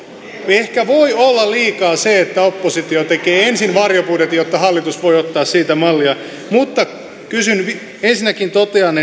ehkä voi olla liikaa se että ensin oppositio tekee varjobudjetin jotta hallitus voi ottaa siitä mallia ensinnäkin totean